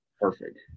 Perfect